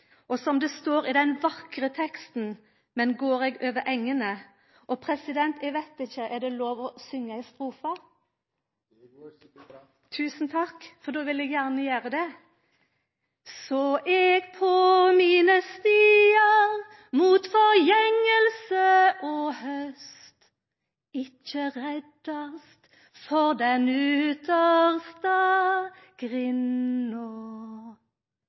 I den vakre teksten «Men går jag över ängarna» står det noko viktig. Og president, er det lov å syngja ei strofe? Det går sikkert bra! Tusen takk – då vil eg gjerne gjera det: Så eg på mine stiar mot forgjengelse og høst, ikkje reddast for den